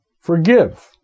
Forgive